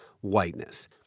whiteness